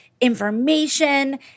information